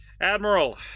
Admiral